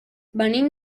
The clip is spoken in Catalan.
venim